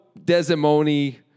Desimoni